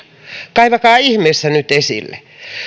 kaivakaa nyt ihmeessä ne esille